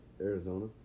Arizona